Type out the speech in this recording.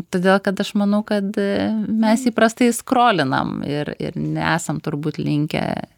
todėl kad aš manau kad mes įprastai skrolinam ir ir nesam turbūt linkę